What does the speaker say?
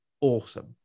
awesome